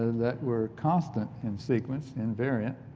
that were constant? and sequence invariant